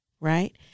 Right